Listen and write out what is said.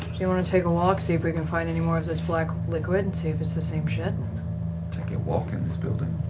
you want to take a walk, see if we can find any more of this black liquid, and see if it's the same shit? liam and take a walk in this building?